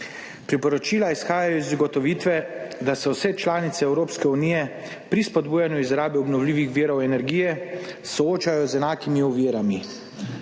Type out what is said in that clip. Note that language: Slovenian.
Priporočila izhajajo iz ugotovitve, da se vse članice Evropske unije pri spodbujanju izrabe obnovljivih virov energije soočajo z enakimi ovirami,